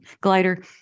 glider